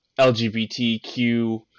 LGBTQ